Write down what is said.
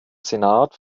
senat